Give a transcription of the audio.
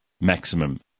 maximum